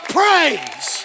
praise